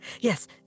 Yes